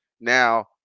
Now